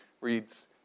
reads